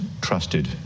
trusted